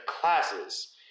classes